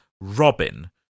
Robin